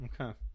Okay